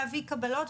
להביא קבלות,